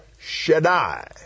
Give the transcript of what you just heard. Shaddai